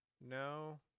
no